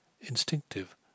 instinctive